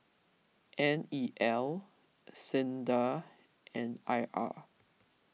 N E L Sinda and I R